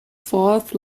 fourth